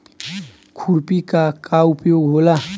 खुरपी का का उपयोग होला?